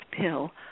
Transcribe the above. pill